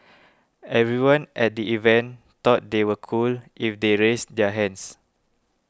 everyone at the event thought they were cool if they raised their hands